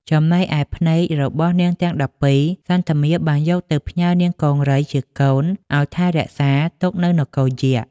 ចំណែកឯភ្នែករបស់នាងទាំង១២ សន្ធមារបានយកទៅផ្ញើនាងកង្រីជាកូនឲ្យថែរក្សាទុកនៅនគរយក្ខ។